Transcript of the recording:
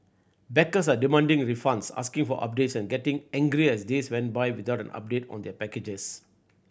backers are demanding refunds asking for updates and getting angrier as days went by without an update on their packages